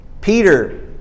Peter